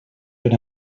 per